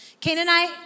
Canaanite